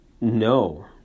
No